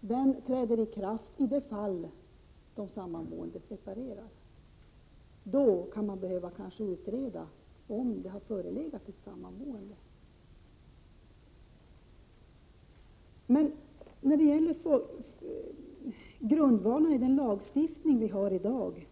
Den tillämpas i de fall då de samboende separerar, och då kan man kanske behöva utreda om det har förelegat ett samboförhållande eller inte. När det gäller grundvalen för den lagstiftning som vi har i dag